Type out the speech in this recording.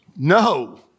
No